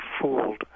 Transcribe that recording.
fooled